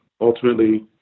ultimately